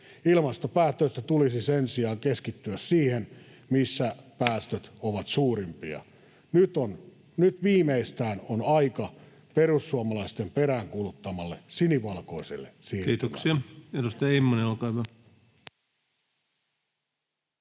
Ilmastopäästöissä tulisi sen sijaan keskittyä siihen, missä päästöt ovat suurimpia. Nyt viimeistään on aika perussuomalaisten peräänkuuluttamalle sinivalkoiselle siirtymälle. Kiitoksia. — Edustaja Immonen, olkaa hyvä.